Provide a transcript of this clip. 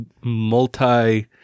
multi